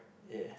ya